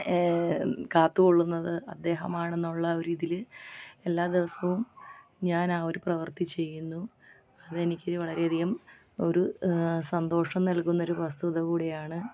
കാത്തു കൊള്ളുന്നത് അദ്ദേഹമാണെന്നുള്ള ഒരു ഇതിൽ എല്ലാ ദിവസവും ഞാൻ ആ ഒരു പ്രവൃത്തി ചെയ്യുന്നു അത് എനിക്ക് വളരെയധികം ഒരു സന്തോഷം നൽകുന്ന ഒരു വസ്തുത കൂടിയാണ്